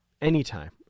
anytime